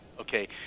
okay